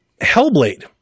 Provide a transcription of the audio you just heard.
Hellblade